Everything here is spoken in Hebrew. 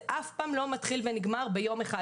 זה אף פעם לא מתחיל ונגמר ביום אחד